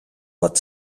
pot